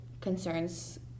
concerns